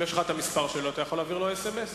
אם יש לך המספר שלו אתה יכול להעביר לו אס.אם.אס.